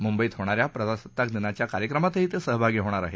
मुंबईत होणाऱ्या प्रजासत्ताक दिनाच्या कार्यक्रमातही ते सहभागी होणार आहेत